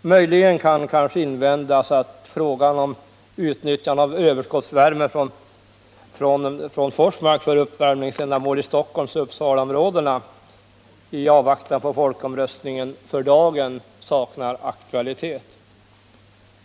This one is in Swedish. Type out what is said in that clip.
Möjligen kan kanske invändas att frågan om utnyttjandet av överskottsvärmen från Forsmark för uppvärmningsändamål i Stockholmsoch Uppsalaområdena i avvaktan på folkomröstningen för dagen saknar aktualitet.